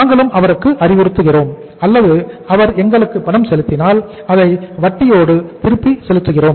நாங்களும் அவருக்கு அறிவுறுத்துகிறோம் அல்லது அவர் எங்களுக்கு பணம் செலுத்தினால் அதை வட்டியோடு திருப்பித் செலுத்துகிறோம்